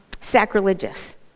sacrilegious